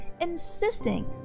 insisting